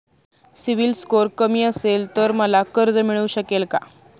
CIBIL score कमी असेल तर मला कर्ज मिळू शकेल का?